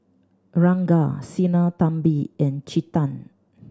Ranga Sinnathamby and Chetan